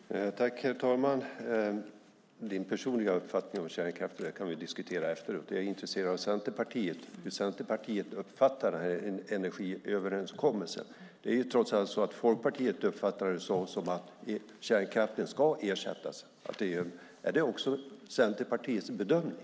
Herr talman! Helena Lindahls personliga uppfattning om kärnkraften kan vi diskutera efteråt. Jag är intresserad av hur Centerpartiet uppfattar energiöverenskommelsen. Folkpartiet uppfattar den så att kärnkraften ska ersättas. Är det också Centerpartiets bedömning?